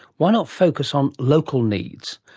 why not focus on local needs?